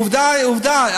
עובדה היא עובדה.